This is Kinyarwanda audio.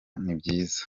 nibyiza